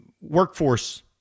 workforce